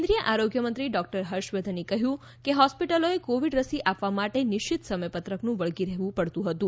કેન્દ્રીય આરોગ્ય મંત્રી ડોક્ટર હર્ષ વર્ધને કહ્યું કે હોસ્પિટલોએ કોવિડ રસી આપવા માટે નિશ્ચિત સમયપત્રકનું વળગી રહેવું પડતું હતું